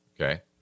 Okay